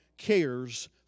cares